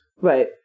Right